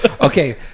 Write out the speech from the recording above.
Okay